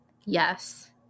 Yes